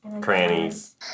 crannies